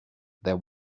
there